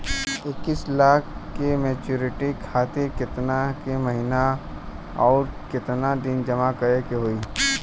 इक्कीस लाख के मचुरिती खातिर केतना के महीना आउरकेतना दिन जमा करे के होई?